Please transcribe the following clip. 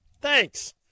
Thanks